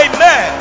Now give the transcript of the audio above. Amen